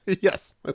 yes